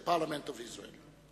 the parliament of Israel.